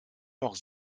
noch